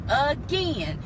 Again